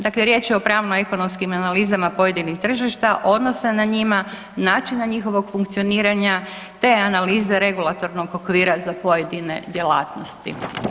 Dakle, riječ je o pravima i ekonomskim analizama pojedinih tržišta, odnosa na njima, načina njihovog funkcioniranja te analize regulatornog okvira za pojedine djelatnosti.